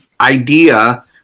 idea